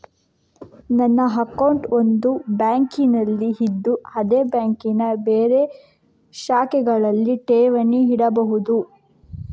ನನ್ನ ಅಕೌಂಟ್ ಒಂದು ಬ್ಯಾಂಕಿನಲ್ಲಿ ಇದ್ದು ಅದೇ ಬ್ಯಾಂಕಿನ ಬೇರೆ ಶಾಖೆಗಳಲ್ಲಿ ಠೇವಣಿ ಇಡಬಹುದಾ?